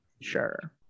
sure